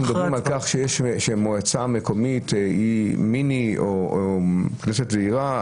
מדברים על כך שמועצה מקומית היא מיני או כנסת זעירה,